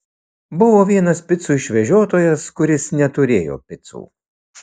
buvo vienas picų išvežiotojas kuris neturėjo picų